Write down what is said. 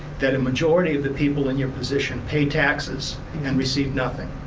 that a majority of the people in your position pay taxes and receive nothing.